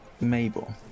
Mabel